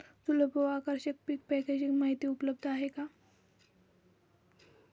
सुलभ व आकर्षक पीक पॅकेजिंग माहिती उपलब्ध आहे का?